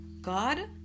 God